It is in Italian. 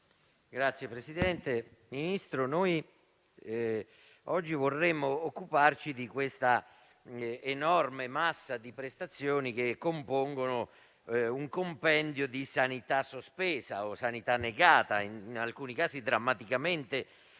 *(FdI)*. Signor Ministro, oggi vorremmo occuparci della enorme massa di prestazioni che compongono un compendio di sanità sospesa o sanità negata, in alcuni casi drammaticamente